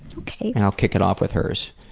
and i'll kick it off with hers.